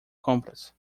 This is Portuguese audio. compras